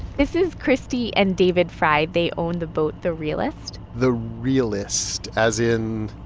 this is christie and david fry. they own the boat, the realist the realist as in.